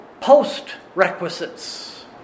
post-requisites